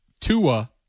Tua